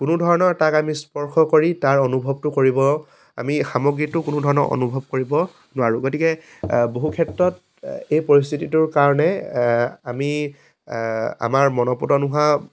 কোনো ধৰণৰ তাক আমি স্পৰ্শ কৰি তাৰ অনুভৱটো কৰিব আমি সামগ্ৰীটো কোনো ধৰণৰ অনুভৱ কৰিব নোৱাৰোঁ গতিকে বহু ক্ষেত্ৰত এই পৰিস্থিতিটোৰ কাৰণে আমি আমাৰ মনঃপুত নোহোৱা